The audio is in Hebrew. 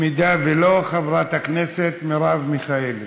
אם לא, חברת הכנסת מרב מיכאלי.